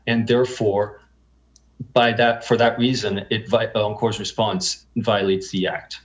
and therefore by that for that reason course response violates the act